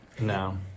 No